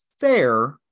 fair